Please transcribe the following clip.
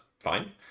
fine